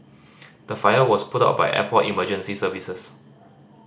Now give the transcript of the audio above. the fire was put out by airport emergency services